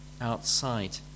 outside